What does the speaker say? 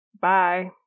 Bye